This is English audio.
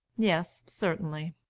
yes, certainly.